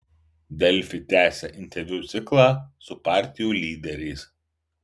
delfi tęsia interviu ciklą su partijų lyderiais